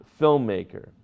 filmmaker